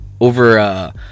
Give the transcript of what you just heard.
over